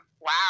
Wow